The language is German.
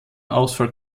ausfall